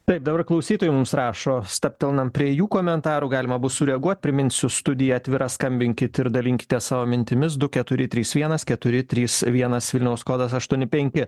taip dabar klausytojai mums rašo stabtelnam prie jų komentarų galima bus sureaguoti priminsiu studija atvira skambinkit ir dalinkitės savo mintimis du keturi trys vienas keturi trys vienas vilniaus kodas aštuoni penki